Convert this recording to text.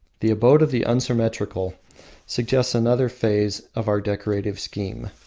the abode of the unsymmetrical suggests another phase of our decorative scheme.